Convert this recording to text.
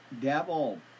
devil